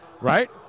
Right